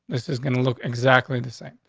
this is gonna look exactly the same.